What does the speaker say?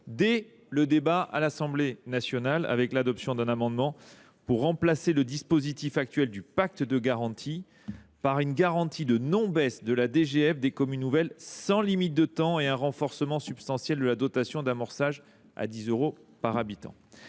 dès le débat à l’Assemblée nationale, avec l’adoption d’un amendement visant à remplacer le dispositif actuel du pacte de garantie par une garantie de non baisse de la DGF des communes nouvelles sans limite de temps et un renforcement substantiel de la dotation d’amorçage, à 10 euros par habitant.